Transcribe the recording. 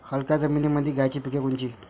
हलक्या जमीनीमंदी घ्यायची पिके कोनची?